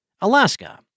Alaska